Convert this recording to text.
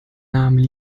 namen